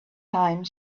time